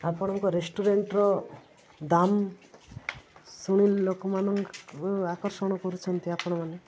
ଆପଣଙ୍କ ରେଷ୍ଟୁରାଣ୍ଟର ଦାମ ଶୁଣିଲେ ଲୋକମାନଙ୍କୁ ଆକର୍ଷଣ କରୁଛନ୍ତି ଆପଣମାନେ